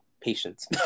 patience